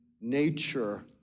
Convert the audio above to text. nature